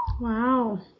Wow